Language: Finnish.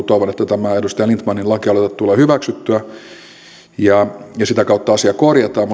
toivon että tämä edustaja lindtmanin laki aloite tulee hyväksyttyä ja ja sitä kautta asia korjataan